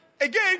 again